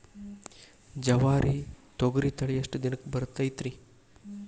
ಜವಾರಿ ತೊಗರಿ ತಳಿ ಎಷ್ಟ ದಿನಕ್ಕ ಬರತೈತ್ರಿ?